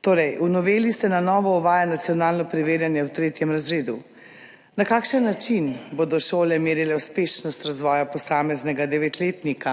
Torej, v noveli se na novo uvaja nacionalno preverjanje v 3. razredu. Na kakšen način bodo šole merile uspešnost razvoja posameznega devetletnika